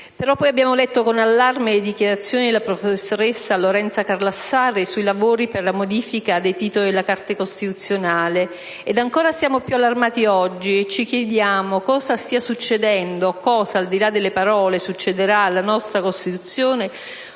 ma abbiamo letto con allarme le dichiarazioni della professoressa Lorenza Carlassare sui lavori per la modifica dei Titoli della Carta costituzionale. Oggi siamo ancora più allarmati e ci chiediamo cosa stia succedendo, cosa, al di là delle parole, accadrà alla nostra Costituzione